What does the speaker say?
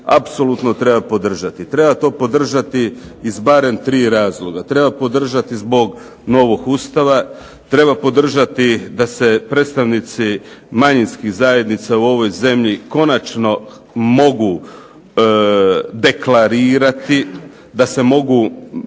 apsolutno treba podržati. Treba to podržati iz barem 3 razloga. Treba podržati zbog novog Ustava, treba podržati da se predstavnici manjinskih zajednica u ovoj zemlji konačno mogu deklarirati, da se mogu